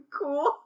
cool